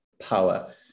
power